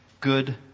good